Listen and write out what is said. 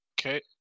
Okay